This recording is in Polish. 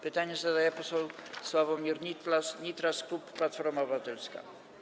Pytanie zadaje poseł Sławomir Nitras, klub Platforma Obywatelska.